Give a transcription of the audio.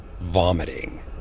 Vomiting